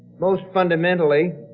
most fundamentally,